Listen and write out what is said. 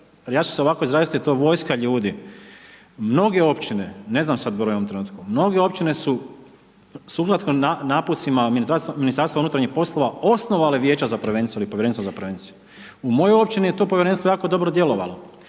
ja ću se ovako izraziti, to je vojska ljudi. Mnoge općine, ne znam sada broj u ovom trenutku, mnoge općine su suglasno naputcima MUP-a osnovali vijeća za prevenciju ili povjerenstvo za prevenciju. U mojoj općini je to povjerenstvo jako dobro djelovalo.